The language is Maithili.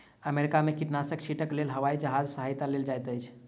अमेरिका में कीटनाशक छीटक लेल हवाई जहाजक सहायता लेल जाइत अछि